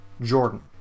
Jordan